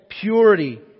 Purity